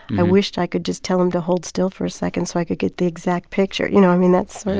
i wished i could just tell him to hold still for a second so i could get the exact picture you know i mean? that sort of.